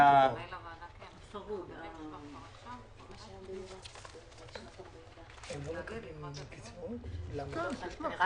היה